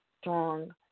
strong